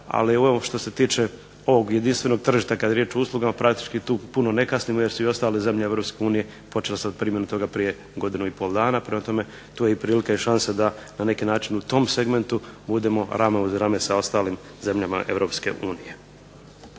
ali što se tiče ovog jedinstvenog tržišta kada je riječ o uslugama praktički tu puno ne kasnimo jer su i ostale zemlje EU počele sada primjenu toga prije godinu i pol dana. Prema tome, tu je i prilika i šansa da na neki način u tom segmentu budemo rame uz rame sa ostalim zemljama EU.